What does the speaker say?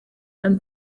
and